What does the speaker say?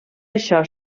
això